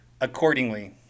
accordingly